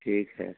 ठीक है